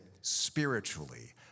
spiritually